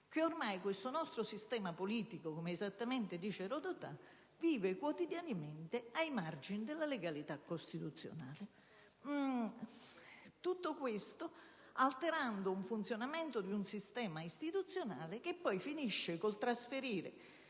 che ormai questo nostro sistema politico, come esattamente dice Stefano Rodotà, viva quotidianamente ai margini della legalità costituzionale, alterando il funzionamento del sistema istituzionale, che poi finisce con il trasferire